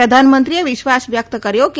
પ્રધાનમંત્રીએ વિશ્વાસ વ્યક્ત કર્યો છે